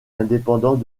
indépendant